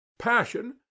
passion